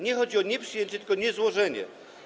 Nie chodzi o nieprzyjęcie, tylko o niezłożenie.